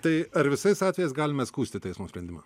tai ar visais atvejais galima skųsti teismo sprendimą